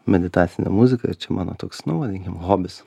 meditacinę muziką čia mano toks nu vadinkim hobis